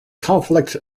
conflict